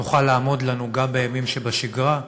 תוכל לעמוד לנו גם בימים שבשגרה,